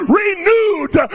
renewed